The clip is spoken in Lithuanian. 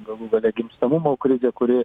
galų gale gimstamumo krizę kuri